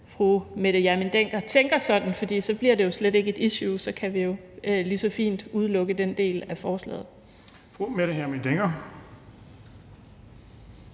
fru Mette Hjermind Dencker tænker sådan. For så bliver det jo slet ikke et issue. Så kan vi jo lige så fint udelukke den del af forslaget. Kl. 14:12 Den fg.